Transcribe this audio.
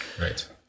Right